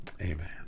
amen